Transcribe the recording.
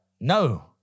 No